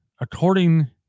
according